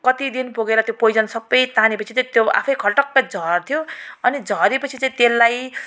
कति दिन पुगेर त्यो पोइजन सबै ताने पछि चाहिँ त्यो आफैँ खल्टक्कै झर्थ्यो अनि झरे पछि चाहिँ त्यसलाई